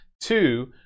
Two